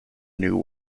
new